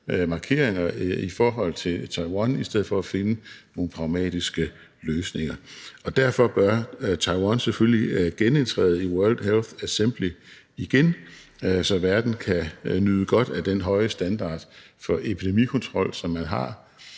markeringer i forhold til Taiwan i stedet for at finde nogle pragmatiske løsninger. Derfor bør Taiwan selvfølgelig genindtræde i World Health Assembly, så verden kan nyde godt af den høje standard for epidemikontrol, som man har,